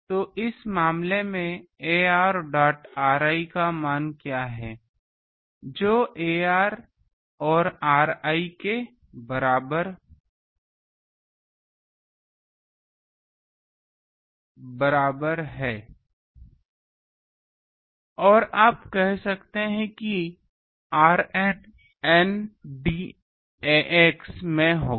तो इस मामले में ar dot ri का मान क्या है जो ax और ri के बराबर है या आप कह सकते हैं कि rn n d ax में होगा